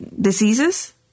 diseases